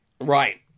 Right